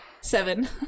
Seven